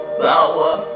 power